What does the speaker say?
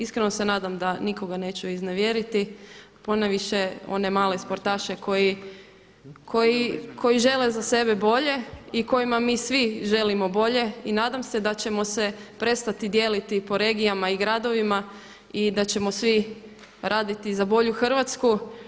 Iskreno se nadam da nikoga neću iznevjeriti ponajviše one male sportaše koji žele za sebe bolje i kojima mi svi želimo bolje i nadam se da ćemo se prestati dijeliti po regijama i gradovima i da ćemo svi raditi za bolju Hrvatsku.